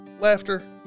laughter